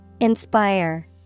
Inspire